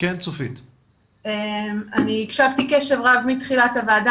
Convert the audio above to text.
אני הקשבתי קשב רב מתחילת הוועדה,